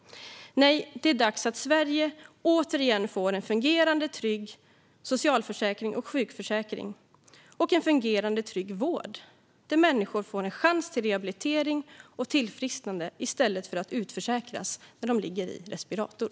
Nej, det är dags att Sverige återigen får en fungerande och trygg socialförsäkring och sjukförsäkring samt en fungerande och trygg vård där människor får en chans till rehabilitering och tillfrisknande i stället för att utförsäkras när de ligger i respirator.